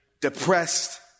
depressed